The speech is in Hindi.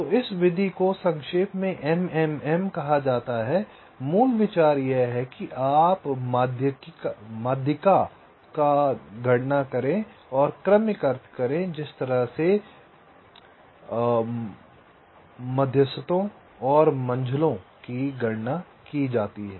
तो इस विधि को संक्षेप में MMM कहा जाता है मूल विचार यह है कि आप माध्यिका की गणना करें और क्रमिक अर्थ करें जिस तरह से मध्यस्थों और साधनों की गणना की जाती है